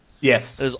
Yes